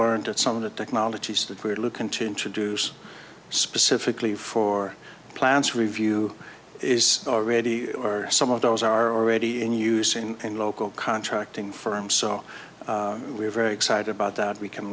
learned that some of the technologies that we're looking to introduce specifically for plants review is already or some of those are already in use in a local contracting firm so we're very excited about that we can